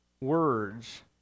words